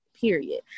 period